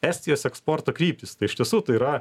estijos eksporto kryptys tai iš tiesų tai yra